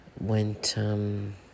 went